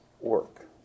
work